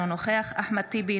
אינו נוכח אחמד טיבי,